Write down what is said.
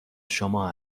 شما